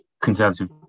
Conservative